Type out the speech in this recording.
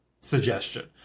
suggestion